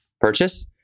purchase